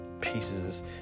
pieces